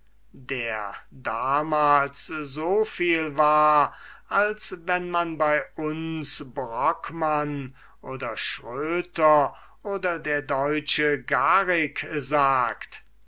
der damals so viel war als wenn man bei uns brokmann oder schröter oder ne vous dplaise der deutsche garrik sagt